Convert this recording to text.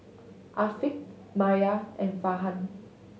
Afiq Maya and Farhan